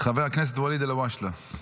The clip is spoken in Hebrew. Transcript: חבר הכנסת ואליד אלהואשלה.